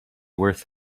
worth